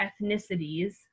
ethnicities